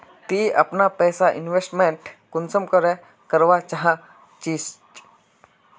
ती अपना पैसा इन्वेस्टमेंट कुंसम करे करवा चाँ चची?